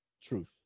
Truth